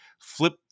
flip